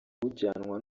ujyanwa